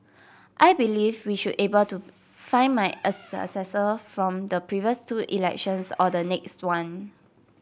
I believe we should be able to find my successor from the previous two elections or the next one